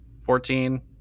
Fourteen